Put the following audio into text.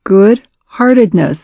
good-heartedness